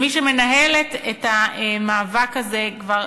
כמי שמנהלת את המאבק הזה כבר